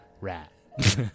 Rat